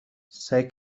سعی